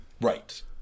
Right